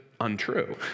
untrue